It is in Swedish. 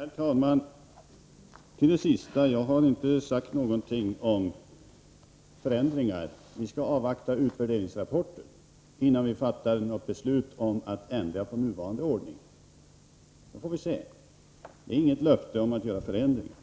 Herr talman! Till det sista Larz Johansson talade om: Jag har inte sagt någonting om förändringar. Vi skall avvakta utvärderingsrapporten, innan vi fattar beslut om att ändra på nuvarande ordning. Då får vi se. Det är inget löfte om att göra förändringar,